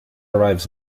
arrives